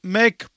make